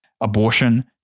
Abortion